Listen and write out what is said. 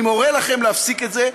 אני מורה לכם להפסיק את זה,